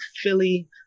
Philly